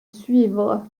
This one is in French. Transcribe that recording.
suivre